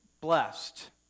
blessed